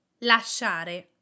lasciare